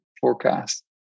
forecast